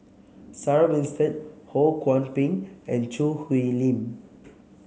Sarah Winstedt Ho Kwon Ping and Choo Hwee Lim